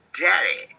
Daddy